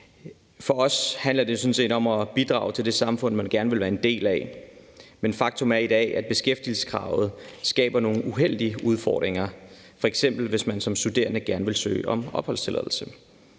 For os handler det sådan set om at bidrage til det samfund, man gerne vil være en del af, men faktum er, at beskæftigelseskravet i dag skaber nogle uheldige udfordringer, f.eks. hvis man som studerende gerne vil søge om opholdstilladelse.